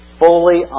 fully